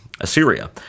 Assyria